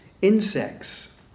insects